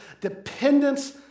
dependence